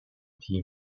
team